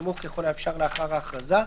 בסמוך ככל האפשר לאחר ההכרזה.